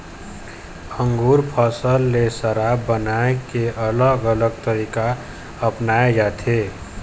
अंगुर फसल ले शराब बनाए के अलग अलग तरीका अपनाए जाथे